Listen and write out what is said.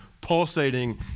pulsating